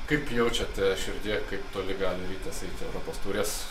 kaip jaučiate širdyje kaip toli gali rytas eiti europos taurės